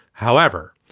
however,